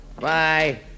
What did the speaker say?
Bye